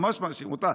ממש מאשים אותה,